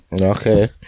Okay